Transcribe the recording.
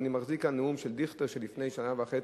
אני מחזיק כאן נאום של דיכטר מלפני שנה וחצי.